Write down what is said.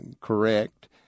correct